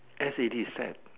as a deceit